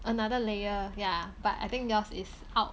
another layer yeah but I think yours is out